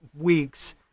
weeks